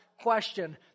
question